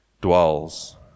dwells